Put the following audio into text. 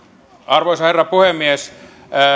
arvoisa herra puhemies